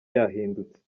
yahindutse